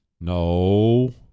no